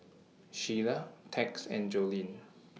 Shiela Tex and Joleen